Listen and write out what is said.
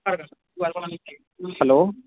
hello